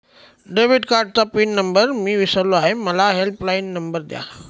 debit कार्डचा pin number मी विसरलो आहे मला हेल्पलाइन नंबर द्या